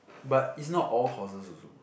but it's not all courses also